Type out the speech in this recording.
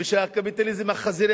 והקפיטליזם החזירי,